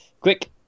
quick